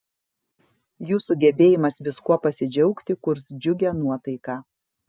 jūsų gebėjimas viskuo pasidžiaugti kurs džiugią nuotaiką